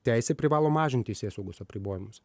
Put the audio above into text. teisė privalo mažint teisėsaugos apribojimus